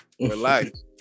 relax